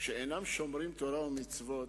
שאינם שומרים תורה ומצוות,